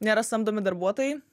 nėra samdomi darbuotojai